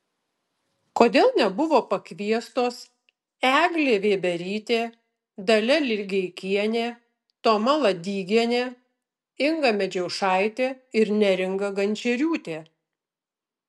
kodėl nebuvo pakviestos eglė vėberytė dalia ligeikienė toma ladygienė inga medžiaušaitė ir neringa gančieriūtė